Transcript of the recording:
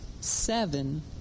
seven